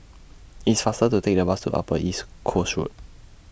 It's faster to Take The Bus to Upper East Coast Road